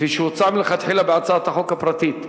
כפי שהוצע מלכתחילה בהצעת החוק הפרטית.